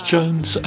Jones